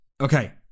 Okay